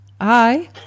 Hi